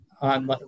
on